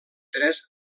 tres